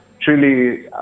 truly